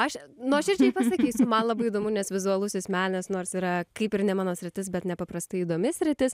aš nuoširdžiai pasakysiu man labai įdomu nes vizualusis menas nors yra kaip ir ne mano sritis bet nepaprastai įdomi sritis